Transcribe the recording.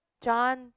John